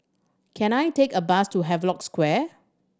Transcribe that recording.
can I take a bus to Havelock Square